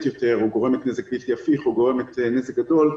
יותר או גורמת נזק בלתי הפיך או נזק גדול,